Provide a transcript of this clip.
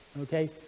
okay